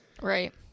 Right